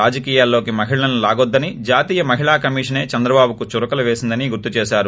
రాజకీయాల్లోకి మహిళల్సి లాగొద్దని జాతీయ మహిళా కమిషనే చంద్రబాబుకు చురకలు వేసిందని గుర్తు చేసారు